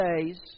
days